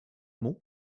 mots